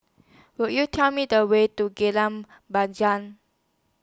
Could YOU Tell Me The Way to Jalan Bunga